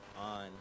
on